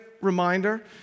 reminder